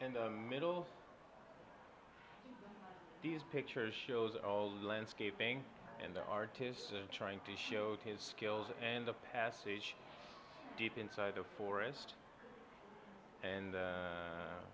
in the middle these pictures shows all the landscaping and the artist trying to show his skills and the passage deep inside the forest and